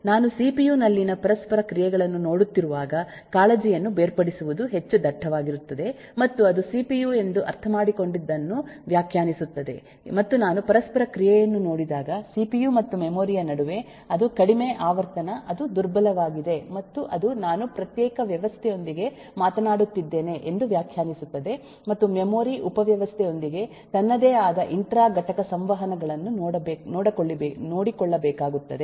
ನಾನು ಸಿಪಿಯು ನಲ್ಲಿನ ಪರಸ್ಪರ ಕ್ರಿಯೆಗಳನ್ನು ನೋಡುತ್ತಿರುವಾಗ ಕಾಳಜಿಯನ್ನು ಬೇರ್ಪಡಿಸುವುದು ಹೆಚ್ಚು ದಟ್ಟವಾಗಿರುತ್ತದೆ ಮತ್ತು ಅದು ಸಿಪಿಯು ಎಂದು ಅರ್ಥಮಾಡಿಕೊಂಡದ್ದನ್ನು ವ್ಯಾಖ್ಯಾನಿಸುತ್ತದೆ ಮತ್ತು ನಾನು ಪರಸ್ಪರ ಕ್ರಿಯೆಯನ್ನು ನೋಡಿದಾಗ ಸಿಪಿಯು ಮತ್ತು ಮೆಮೊರಿ ಯ ನಡುವೆ ಅದು ಕಡಿಮೆ ಆವರ್ತನ ಅದು ದುರ್ಬಲವಾಗಿದೆ ಮತ್ತು ಅದು ನಾನು ಪ್ರತ್ಯೇಕ ವ್ಯವಸ್ಥೆಯೊಂದಿಗೆ ಮಾತನಾಡುತ್ತಿದ್ದೇನೆ ಎಂದು ವ್ಯಾಖ್ಯಾನಿಸುತ್ತದೆ ಮತ್ತು ಮೆಮೊರಿ ಉಪವ್ಯವಸ್ಥೆಯೊಂದಿಗೆ ತನ್ನದೇ ಆದ ಇಂಟ್ರಾ ಘಟಕ ಸಂವಹನಗಳನ್ನು ನೋಡಿಕೊಳ್ಳಬೇಕಾಗುತ್ತದೆ